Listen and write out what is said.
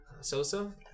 sosa